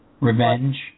Revenge